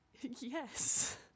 Yes